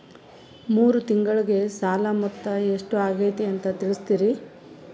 ಮೂರು ತಿಂಗಳಗೆ ಸಾಲ ಮೊತ್ತ ಎಷ್ಟು ಆಗೈತಿ ಅಂತ ತಿಳಸತಿರಿ?